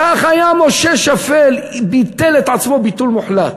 ככה היה משה שפל, ביטל את עצמו ביטול מוחלט,